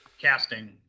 Casting